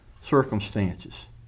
circumstances